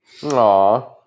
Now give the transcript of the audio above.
Aww